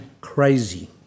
crazy